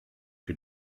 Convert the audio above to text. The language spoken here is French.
que